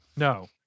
No